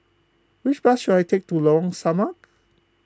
which bus should I take to Lorong Samak